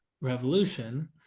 revolution